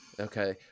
Okay